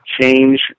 change